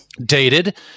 dated